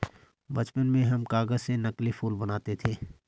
बचपन में हम कागज से नकली फूल बनाते थे